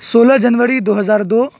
سولہ جنوری دو ہزار دو